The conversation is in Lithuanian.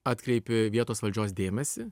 atkreipi vietos valdžios dėmesį